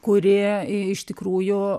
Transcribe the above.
kuri iš tikrųjų